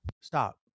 stop